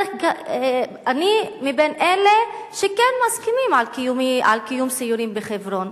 ואני מבין אלה שכן מסכימים על קיום סיורים בחברון.